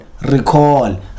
recall